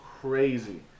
Crazy